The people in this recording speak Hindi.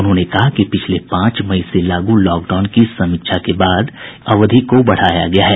उन्होंने कहा कि पिछले पांच मई से लागू लॉकडाउन की समीक्षा के बाद इस अवधि को बढ़ाया गया है